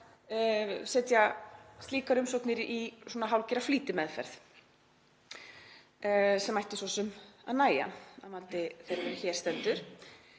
setja slíkar umsóknir í svona hálfgerða flýtimeðferð sem ætti svo sem að nægja að mati þeirra sem hér stendur.